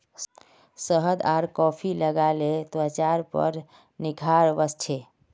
शहद आर कॉफी लगाले त्वचार पर निखार वस छे